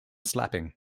slapping